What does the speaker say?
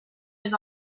was